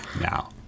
now